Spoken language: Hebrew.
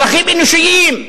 צרכים אנושיים.